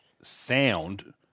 sound